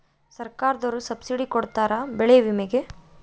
ಸರ್ಕಾರ್ದೊರು ಸಬ್ಸಿಡಿ ಕೊಡ್ತಾರ ಬೆಳೆ ವಿಮೆ ಗೇ